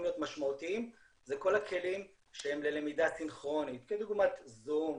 להיות משמעותיים זה כל הכלים ללמידה סינכרונית כדוגמת זום,